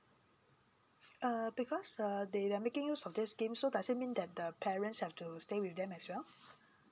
uh because uh they they're making use of this scheme so does it mean that the parents have to stay with them as well